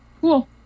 cool